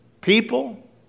people